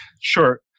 Sure